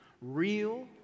real